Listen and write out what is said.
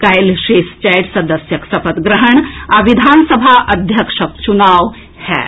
काल्हि शेष चारि सदस्यक सपत ग्रहण आ विधानसभा अध्यक्षक चुनाव होएत